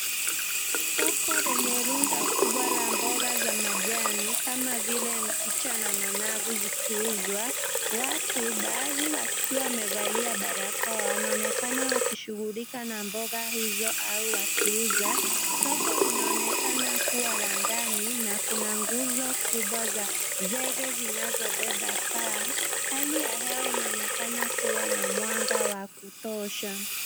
Soko lenye rundo kubwa la mboga za majani kama vile mchicha na managu zikiuzwa. Watu baadhi wakiwa wamevalia barakoa wanaonekana wakishughulika na mboga hizo au wakiuza. Soko linaonekana kuwa la ndani na kuna nguzo kubwa za zege zinazobeba paa. Hali ya hewa inaonekana kuwa na mwanga wa kutosha.